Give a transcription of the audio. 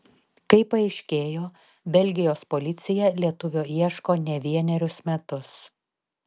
kaip paaiškėjo belgijos policija lietuvio ieško ne vienerius metus